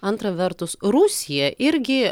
antra vertus rusija irgi